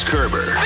Kerber